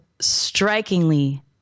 strikingly